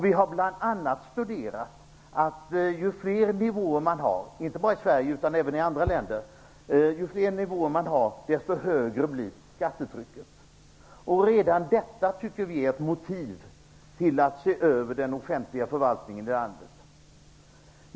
Vi har bl.a. studerat, inte bara i Sverige utan även i andra länder, och funnit att ju fler nivåer man har, desto högre blir skattetrycket. Redan detta är ett motiv för att se över den offentliga förvaltningen i landet.